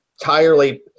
entirely